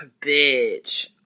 bitch